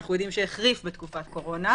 שאנחנו יודעים שהוא החריף בתקופת הקורונה,